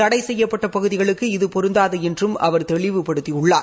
தடை செய்யப்பட்ட பகுதிகளுக்கு இது பொருந்தாது என்றும் அவர் தெளிவுபடுத்தியுள்ளார்